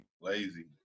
lazy